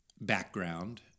background